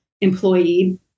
employee